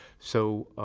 so,